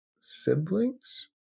siblings